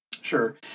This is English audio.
Sure